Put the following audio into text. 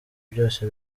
byose